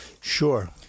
Sure